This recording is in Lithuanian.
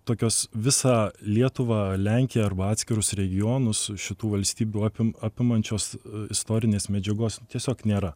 tokios visą lietuvą lenkiją arba atskirus regionus su šitų valstybių apimančios istorinės medžiagos tiesiog nėra